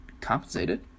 compensated